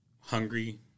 hungry